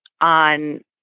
on